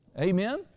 Amen